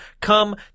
come